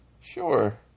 Sure